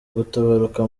gutabaruka